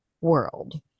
world